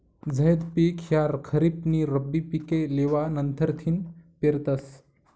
झैद पिक ह्या खरीप नी रब्बी पिके लेवा नंतरथिन पेरतस